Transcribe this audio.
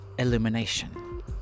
Illumination